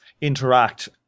interact